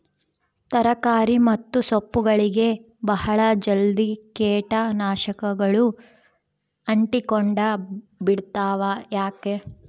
ತರಕಾರಿ ಮತ್ತು ಸೊಪ್ಪುಗಳಗೆ ಬಹಳ ಜಲ್ದಿ ಕೇಟ ನಾಶಕಗಳು ಅಂಟಿಕೊಂಡ ಬಿಡ್ತವಾ ಯಾಕೆ?